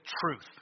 truth